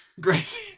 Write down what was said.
great